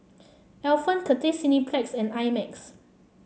Alpen Cathay Cineplex and I Max